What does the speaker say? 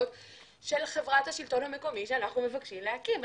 של חברת השלטון המקומי שאנחנו מבקשים להקים.